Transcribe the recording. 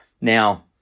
Now